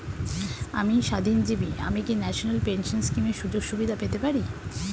আমি স্বাধীনজীবী আমি কি ন্যাশনাল পেনশন স্কিমের সুযোগ সুবিধা পেতে পারি?